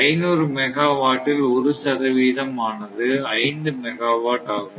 500 megawatt இல் ஒரு சதவீதம் ஆனது 5 மெகாவாட் ஆகும்